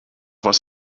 was